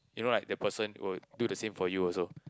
you know like the person will do the same for you also